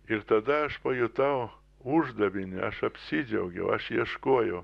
ir tada aš pajutau uždavinį aš apsidžiaugiau aš ieškojau